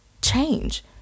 Change